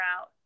out